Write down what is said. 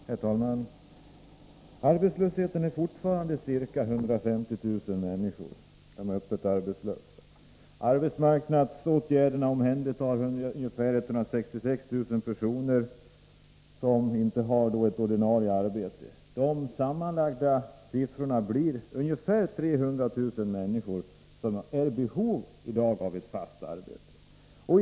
Herr talman! Arbetslösheten är fortfarande stor — ca 150 000 människor är öppet arbetslösa. Arbetsmarknadspolitiska åtgärder omfattar ungefär 166 000 personer, som då inte har ett ordinarie arbete. Sammanlagt är det ungefär 300 000 människor som är i behov av ett fast arbete i dag.